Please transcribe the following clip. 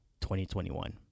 2021